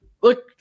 look